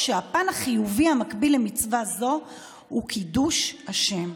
כשהפן החיובי המקביל למצווה זו הוא קידוש השם.